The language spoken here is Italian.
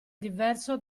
diverso